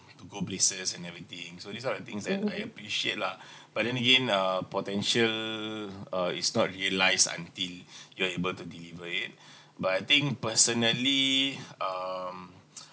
go places and everything so these are the things that I appreciate lah but then again uh potential uh is not realised until you're able to deliver it but I think personally um